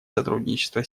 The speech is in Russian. сотрудничество